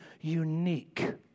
unique